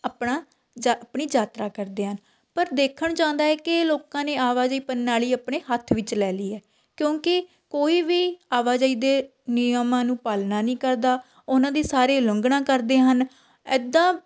ਆਪਣਾ ਜਾਂ ਆਪਣੀ ਯਾਤਰਾ ਕਰਦੇ ਹਨ ਪਰ ਦੇੇਖਣ 'ਚ ਆਉਂਦਾ ਹੈ ਕਿ ਲੋਕਾਂ ਨੇ ਆਵਾਜਾਈ ਪ੍ਰਣਾਲੀ ਆਪਣੇ ਹੱਥ ਵਿੱਚ ਲੈ ਲਈ ਹੈ ਕਿਉਂਕਿ ਕੋਈ ਵੀ ਆਵਾਜਾਈ ਦੇ ਨਿਯਮਾਂ ਨੂੰ ਪਾਲਣਾ ਨਹੀਂ ਕਰਦਾ ਉਹਨਾਂ ਦੀ ਸਾਰੇ ਉਲੰਘਣਾ ਕਰਦੇ ਹਨ ਇੱਦਾਂ